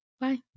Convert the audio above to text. bye